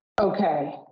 Okay